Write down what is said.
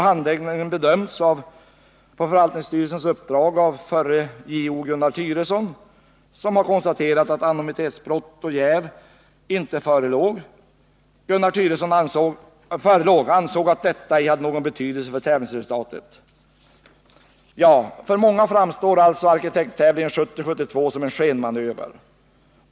Handläggningen bedömdes därefter på förvaltningsstyrelsens uppdrag av f.d. JO Gunnar Thyresson, som konstaterade att anonymitetsbrott och jäv inte förelåg. Gunnar Thyresson ansåg att detta ej hade någon betydelse för tävlingsresultatet. För många framstår arkitekttävlingen som en skenmanöver.